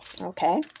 Okay